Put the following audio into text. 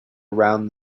around